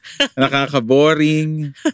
nakaka-boring